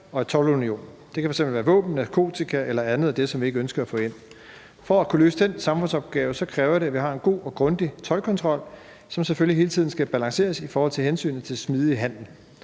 og toldunionen. Det kan f.eks. være våben, narkotika eller andet af det, som vi ikke ønsker at få ind. For at kunne løse den samfundsopgave kræver det, at vi har en god og grundig toldkontrol, som selvfølgelig hele tiden skal balanceres i forhold til hensynet til smidig handel.